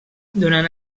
durant